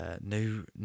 new